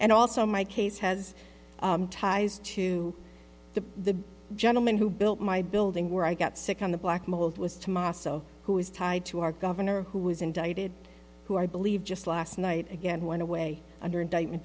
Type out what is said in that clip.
and also my case has ties to the gentleman who built my building where i got sick on the black mold was to ma so who is tied to our governor who was indicted who i believe just last night again one away under indictment